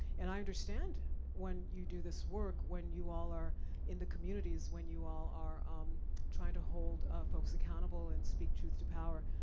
and i understand when you do this work, when you all are in the communities, when you all are um trying to hold folks accountable and speak truth to power.